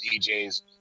djs